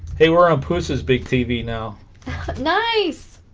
hey we're on pusses big tv now nice